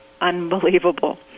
unbelievable